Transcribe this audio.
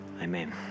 amen